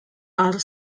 are